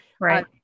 right